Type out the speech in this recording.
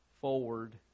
forward